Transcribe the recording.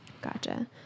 Gotcha